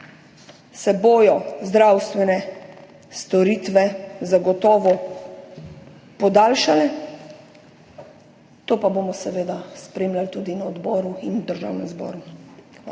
ta način zdravstvene storitve zagotovo podaljšale. To pa bomo seveda spremljali tudi na odboru in v Državnem zboru. Hvala.